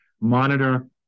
monitor